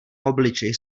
obličej